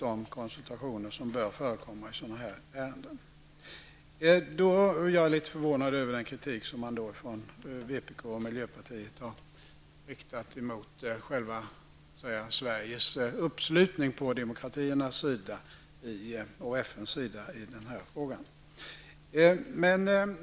De konsultationer som bör förekomma i ett sådant här ärende har ägt rum. Jag är litet förvånad över den kritik som vpk och miljöpartiet har riktat mot Sveriges uppslutning på demokratiernas och FNs sida i kriget.